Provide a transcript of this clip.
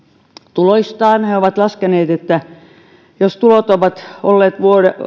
tuloistaan he ovat laskeneet että jos tulot ovat olleet